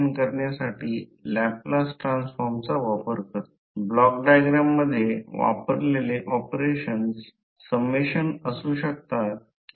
आणि म्हणूनच ही एक फ्लक्स लाईन का आहे आणि म्हणूनच ही फ्लक्स लाईन घड्याळाच्या दिशेने आहे हा प्रत्यक्षात हा हॅन्ड रुल आहे